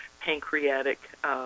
pancreatic